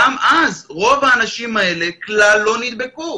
גם אז רוב אנשים האלה כלל לא נדבקו.